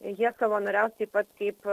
jie savanoriaus taip pat kaip